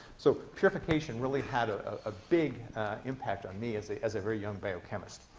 so purification really had ah a big impact on me as a as a very young biochemist.